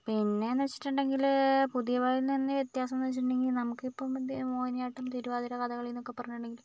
പിന്നേന്ന് വെച്ചിട്ടുണ്ടെങ്കിൽ പുതിയവയിൽ നിന്ന് വ്യത്യാസംന്ന് വെച്ചിട്ടുണ്ടെങ്കിൽ നമുക്കിപ്പം മെന്തെ മോഹിനിയാട്ടം തിരുവാതിര കഥകളിന്നൊക്കെ പറഞ്ഞിട്ടുണ്ടെങ്കിൽ